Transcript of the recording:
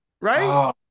right